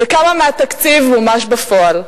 וכמה מהתקציב מומש בפועל?